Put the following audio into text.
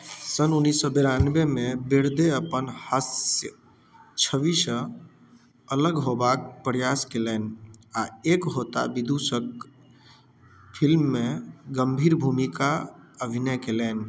सन् उन्नैस सए बिरानबेमे बेरदे अपन हास्य छविसँ अलग होयबाक प्रयास कयलनि आ एक होता विदूषक फिल्ममे गम्भीर भूमिका अभिनय कयलनि